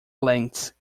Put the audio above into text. lengths